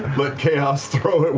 but chaos throw it